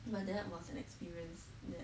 but that was an experience that